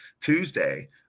Tuesday